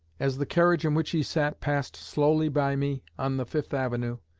as the carriage in which he sat passed slowly by me on the fifth avenue,